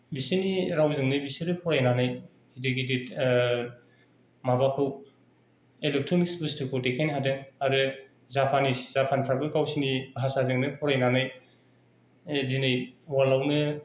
बिसिनि रावजोंनो बिसोरो फरायनानै गिदिर गिदिर माबाखौ इलेक्ट्रनिक्स बस्थुखौ देखायनो हादों आरो जापानिस जापानफ्राबो गावसिनि भासाजोंनो फरायनानै दिनै वल्डआवनो